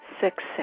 success